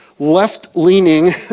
left-leaning